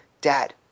Dad